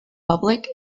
public